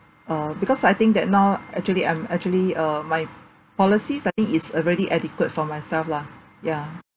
uh because I think that now actually I'm actually uh my policies I think is already adequate for myself lah ya